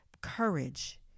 Courage